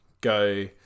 go